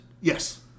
Yes